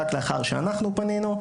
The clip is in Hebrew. רק לאחר שאנחנו פנינו,